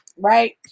Right